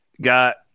got